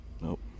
Nope